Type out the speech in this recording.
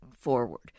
forward